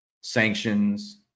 sanctions